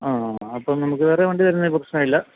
ആ അപ്പം നമുക്ക് വേറെ വണ്ടി തരുന്നതിന് പ്രശ്നമില്ല